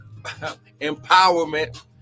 empowerment